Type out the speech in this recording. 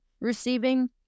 receiving